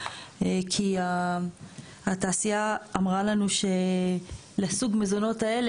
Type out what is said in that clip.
כי התעשייה אמרה לנו שלסוג מזונות האלה